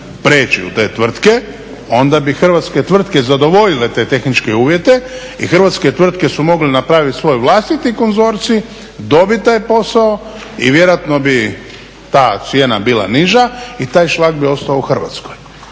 preći u te tvrtke, onda bi hrvatske tvrtke zadovoljile te tehničke uvjete i hrvatske tvrtke su mogle napraviti svoj vlastiti konzorcij, dobit taj posao i vjerojatno bi ta cijena bila niža i taj šlag bi ostao u Hrvatskoj.